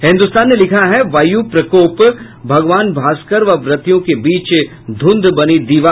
हिन्दुस्तान ने लिखा है वायु प्रकोपः भगवान भास्कर व व्रतियों के बीच धुंध बनी दीवार